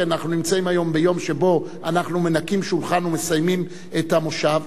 כי אנחנו נמצאים היום ביום שבו אנחנו מנקים שולחן ומסיימים את המושב.